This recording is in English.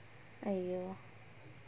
!aiyo!